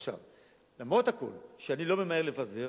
אף שאני לא ממהר לפזר,